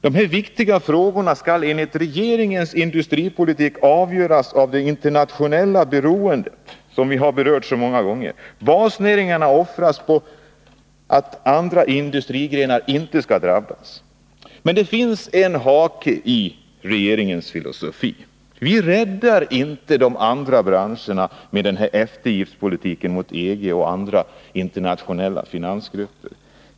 De här viktiga frågorna skall enligt regeringens industripolitik avgöras av det internationella beroendet, som vi har berört så många gånger. Basnäringarna offras för att andra industrigrenar inte skall drabbas. Men det finns en hake i regeringens filosofi. Vi räddar inte de andra branscherna med denna eftergiftspolitik mot EG och andra internationella finansgrupper.